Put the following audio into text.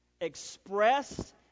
expressed